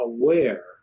aware